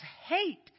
hate